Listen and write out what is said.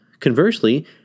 Conversely